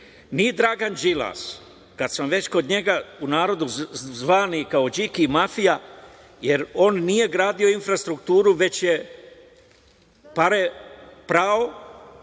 ni Dragan Đilas… Kada sam već kod njega, u narodnu zvani Điki mafija, jer on nije gradio infrastrukturu, već je pare pravo